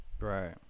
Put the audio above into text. Right